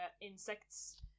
insects